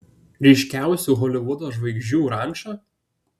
ryškiausių holivudo žvaigždžių ranča